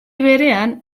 berean